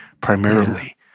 primarily